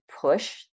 push